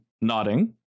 nodding